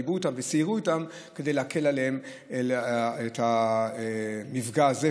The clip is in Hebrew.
דיברו איתם וסיירו איתם כדי להקל עליהם את המפגע הזה.